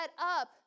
up